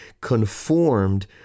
conformed